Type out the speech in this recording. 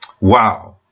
Wow